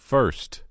First